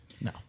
No